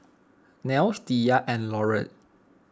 Nels Diya and Laurette